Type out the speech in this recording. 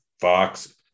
Fox